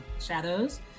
Shadows